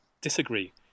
disagree